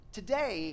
Today